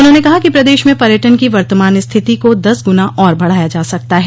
उन्होंने कहा कि प्रदेश में पर्यटन की वर्तमान स्थिति को दस गुना और बढ़ाया जा सकता है